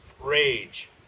rage